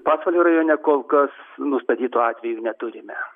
pasvalio rajone kol kas nustatytų atvejų neturime